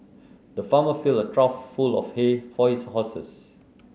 the farmer filled a trough full of hay for his horses